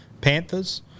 Panthers